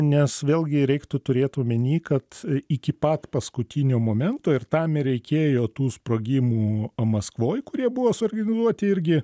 nes vėlgi reiktų turėt omeny kad iki pat paskutinio momento ir tam ir reikėjo tų sprogimų maskvoj kurie buvo suorganizuoti irgi